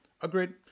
Agreed